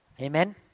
Amen